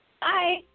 Bye